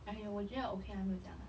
!aiyo! 我觉得 okay lah 没有这样啦